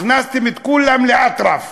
הכנסתם את כולם לאטרף.